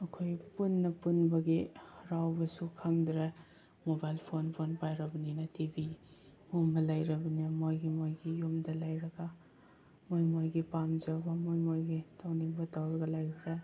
ꯑꯩꯈꯣꯏ ꯄꯨꯟꯅ ꯄꯨꯟꯕꯒꯤ ꯍꯔꯥꯎꯕꯁꯨ ꯈꯪꯗꯔꯦ ꯃꯣꯕꯥꯏꯜ ꯐꯣꯟ ꯐꯣꯟ ꯄꯥꯏꯔꯕꯅꯤꯅ ꯇꯤ ꯚꯤꯒꯨꯝꯕ ꯂꯩꯔꯕꯅꯤꯅ ꯃꯣꯏꯒꯤ ꯃꯣꯏꯒꯤ ꯌꯨꯝꯗ ꯂꯩꯔꯕ ꯃꯣꯏ ꯃꯣꯏꯒꯤ ꯄꯥꯝꯖꯕ ꯃꯣꯏ ꯃꯣꯏꯒꯤ ꯇꯧꯅꯤꯡꯕ ꯇꯧꯔꯒ ꯂꯩꯈ꯭ꯔꯦ